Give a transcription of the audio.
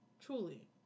Truly